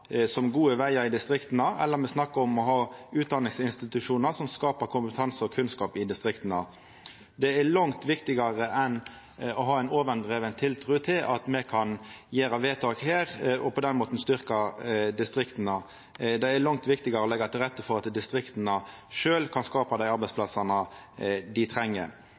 som gode veger i distrikta, eller om me snakkar om å ha utdanningsinstitusjonar som skapar kompetanse og kunnskap i distrikta. Det er langt viktigare enn å ha ei overdriven tiltru til at me kan gjera vedtak her og på den måten styrka distrikta. Det er langt viktigare å leggja til rette for at distrikta sjølve kan skapa dei arbeidsplassane dei treng.